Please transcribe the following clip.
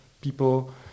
people